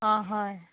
অঁ হয়